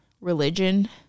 religion